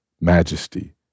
majesty